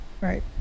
Right